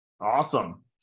Awesome